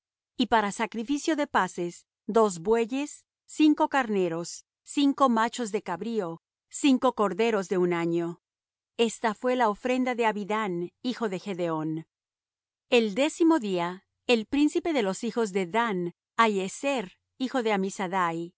y para sacrificio de paces dos bueyes cinco carneros cinco machos de cabrío cinco corderos de un año esta fué la ofrenda de abidán hijo de gedeón el décimo día el príncipe de los hijos de dan ahiezer hijo de ammisaddai y su